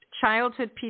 childhood